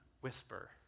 whisper